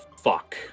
Fuck